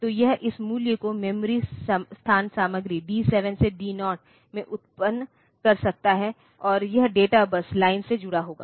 तो यह इस मूल्य को मेमोरी स्थान सामग्री डी 7 से डी 0 में उत्पन्न कर सकता है और यह डेटा बस लाइन से जुड़ा होगा